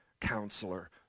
counselor